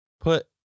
put